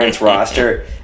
roster